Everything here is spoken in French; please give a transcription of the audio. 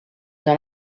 dans